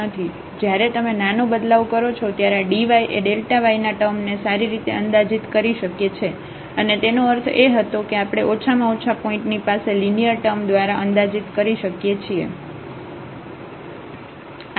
તેથી જયારે તમે નાનો બદલાવ કરો છો ત્યારે આ dy એ y ના ટર્મ ને સારી રીતે અંદાજિત કરી શકે છે અને તેનો અર્થ એ હતો કે આપણે ઓછામાં ઓછા પોઇન્ટ ની પાસે લિનિયર ટર્મ દ્વારા અંદાજિત કરી શકીએ છીએ